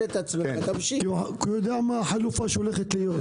כי הוא יודע מה החלופה שהולכת להיות...